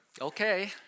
okay